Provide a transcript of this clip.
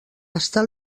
està